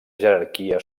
jerarquia